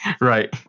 Right